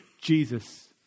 Jesus